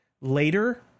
later